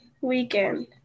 weekend